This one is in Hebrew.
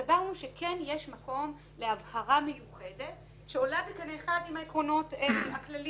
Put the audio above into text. סברנו שכן יש מקום להבהרה מיוחדת שעולה בקנה אחד עם העקרונות הכליים.